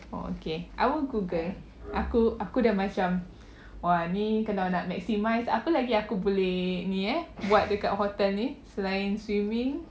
oh okay I will Google aku dah macam !wah! ni kalau nak maximise apa lagi aku boleh ni eh buat kat hotel ni selain swimming